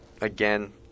again